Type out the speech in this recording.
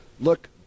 look